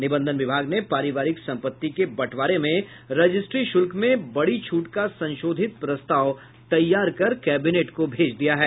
निबंधन विभाग ने पारिवारिक संपत्ति के बंटवारे में रजिस्ट्री शुल्क में बड़ी छूट का संशोधित प्रस्ताव तैयार कर कैबिनेट को भेज दिया है